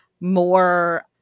more